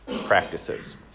practices